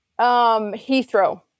Heathrow